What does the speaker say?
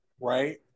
right